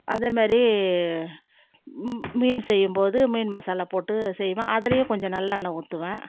அதை மாதிரி மீன் செய்யும்போது மீன் மசாலா போட்டு செய்வேன் அதுலியும் கொஞ்சம் நல்லெண்ணெய் ஊத்துவேன்